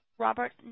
Robert